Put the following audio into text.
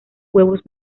huevos